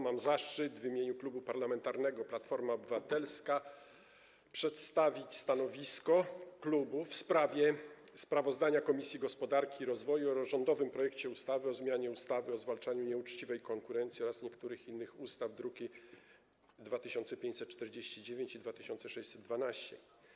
Mam zaszczyt przedstawić w imieniu Klubu Parlamentarnego Platforma Obywatelska stanowisko w sprawie sprawozdania Komisji Gospodarki i Rozwoju o rządowym projekcie ustawy o zmianie ustawy o zwalczaniu nieuczciwej konkurencji oraz niektórych innych ustaw, druki nr 2549 i 2612.